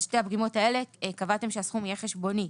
על שתי הפגימות האלה קבעתם שהסכם יהיה חשבוני.